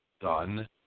done